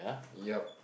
ya